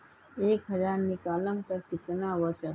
एक हज़ार निकालम त कितना वचत?